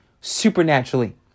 supernaturally